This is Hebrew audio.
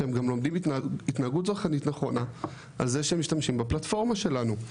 שהם גם לומדים התנהגות צרכנית נכונה על זה שהם משתמשים בפלטפורמה שלנו,